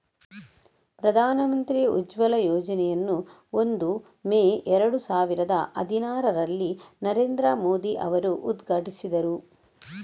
ಪ್ರಧಾನ ಮಂತ್ರಿ ಉಜ್ವಲ ಯೋಜನೆಯನ್ನು ಒಂದು ಮೇ ಏರಡು ಸಾವಿರದ ಹದಿನಾರರಲ್ಲಿ ನರೇಂದ್ರ ಮೋದಿ ಅವರು ಉದ್ಘಾಟಿಸಿದರು